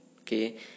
okay